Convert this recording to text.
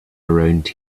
around